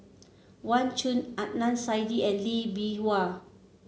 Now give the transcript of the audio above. Wang Chunde Adnan Saidi and Lee Bee Wah